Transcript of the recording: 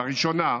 לראשונה,